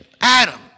Adam